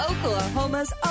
Oklahoma's